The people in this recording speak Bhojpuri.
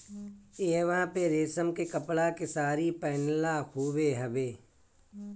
इहवां पे रेशम के कपड़ा के सारी पहिनला के खूबे हवे